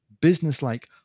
business-like